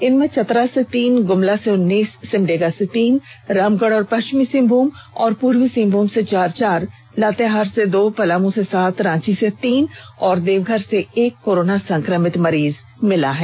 इनमें चतरा से तीन गुमला से उन्नीस सिमडेगा से तीन रामगढ़ और पष्विमी सिंहभूम और पूर्वी सिंहभूम से चार चार लातेहार से दो पलामू से सात रांची से तीन और देवघर से एक कोरोना संक्रमित मरीज मिले हैं